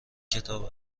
کتاب